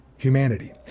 humanity